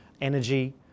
energy